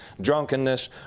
drunkenness